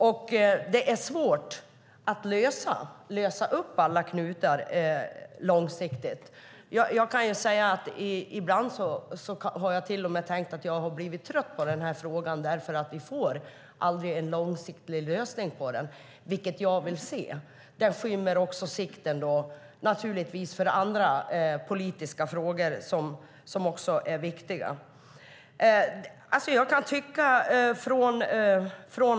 Det är därför svårt att lösa upp alla knutar långsiktigt. Ibland har jag till och med känt mig trött på frågan eftersom vi aldrig får en långsiktig lösning på den, vilket jag vill se. Den skymmer också sikten för andra viktiga politiska frågor.